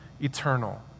eternal